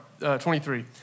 23